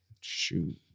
shoot